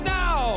now